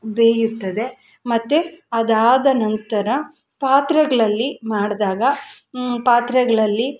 ಬೇಯುತ್ತದೆ ಮತ್ತು ಅದಾದ ನಂತರ ಪಾತ್ರೆಗಳಲ್ಲಿ ಮಾಡಿದಾಗ ಪಾತ್ರೆಗಳಲ್ಲಿ